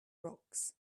rocks